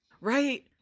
Right